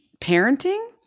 parenting